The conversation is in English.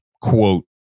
quote